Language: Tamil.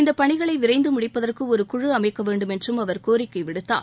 இந்த பணிகளை விரைந்து முடிப்பதற்கு ஒரு குழு அமைக்க வேண்டும் என்றும் அவா் கோிக்கை விடுத்தார்